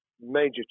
major